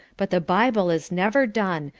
but the bible is never done,